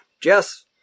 Jess